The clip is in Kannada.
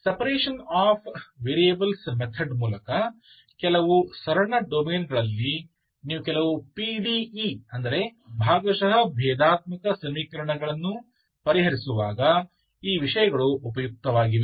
ಸೆಪರೇಷನ್ ಆ ವೇರಿಯೇಬಲ್ಸ್ ಮೆಥಡ್ ಮೂಲಕ ಕೆಲವು ಸರಳ ಡೊಮೇನ್ಗಳಲ್ಲಿ ನೀವು ಕೆಲವು ಪಿಡಿಇ ಅಂದರೆ ಭಾಗಶಃ ಭೇದಾತ್ಮಕ ಸಮೀಕರಣಗಳನ್ನು ಪರಿಹರಿಸುವಾಗ ಈ ವಿಷಯಗಳು ಉಪಯುಕ್ತವಾಗಿವೆ